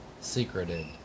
secreted